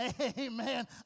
Amen